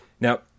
Now